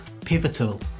Pivotal